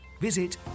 Visit